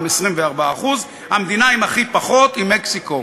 עם 24%. המדינה עם הכי פחות היא מקסיקו,